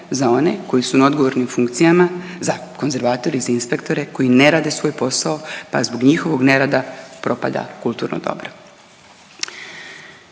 za one koji su na odgovornim funkcijama za konzervatore, za inspektore, koji ne rade svoj posao pa zbog njihovog nerada propada kulturno dobro.